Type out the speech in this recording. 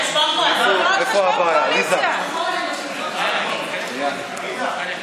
סליחה, עליזה, עליזה, את לא חברת